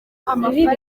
amafaranga